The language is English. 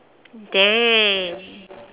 dang